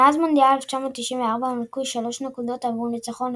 מאז מונדיאל 1994 מוענקות שלוש נקודות עבור ניצחון,